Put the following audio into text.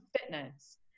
fitness